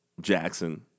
Jackson